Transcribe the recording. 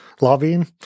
lobbying